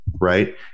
right